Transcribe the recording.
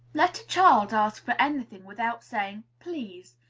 let a child ask for any thing without saying please,